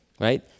right